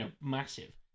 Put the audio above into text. massive